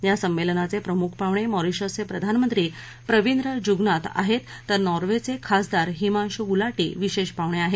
या संमेलनाचे प्रमुख पाहुणे मॉरिशसचे प्रधानमंत्री प्रविंद जुगनाथ आहेत तर नॉर्वेचे खासदार हिमांशु गुलाटी विशेष पाहुणे आहेत